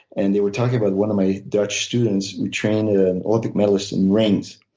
and they were talking about one of my dutch students who trained an olympic medalist in rings.